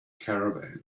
caravan